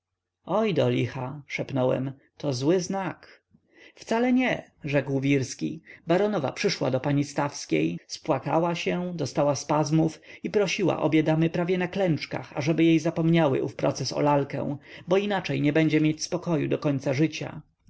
stawskiej oj do licha szepnąłem to zły znak wcale nie rzekł wirski baronowa przyszła do pani stawskiej spłakała się dostała spazmów i prosiła obie damy prawie na klęczkach ażeby jej zapomniały ów proces o lalkę bo inaczej nie będzie mieć spokoju do końca życia